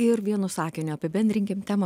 ir vienu sakiniu apibendrinkim temą